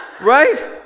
right